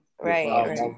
Right